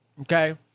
Okay